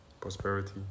prosperity